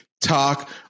talk